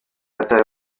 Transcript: yatawe